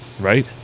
Right